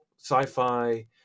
sci-fi